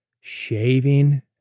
shaving